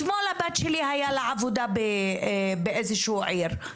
אתמול לבת שלי היית עבודה באיזושהי עיר.